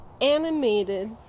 animated